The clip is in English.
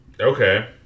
Okay